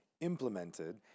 implemented